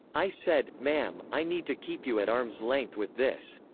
i said, ma'am, i need to keep you at arm's length with this.